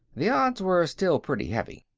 the odds were still pretty heavy.